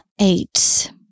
eight